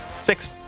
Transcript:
Six